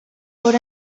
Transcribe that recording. por